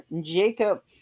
Jacob